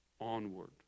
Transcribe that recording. onward